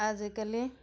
আজিকালি